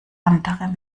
andere